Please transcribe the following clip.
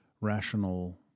rational